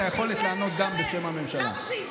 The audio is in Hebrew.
לא עושים.